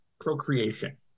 procreation